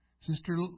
Sister